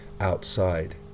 outside